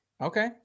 Okay